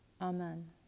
Amen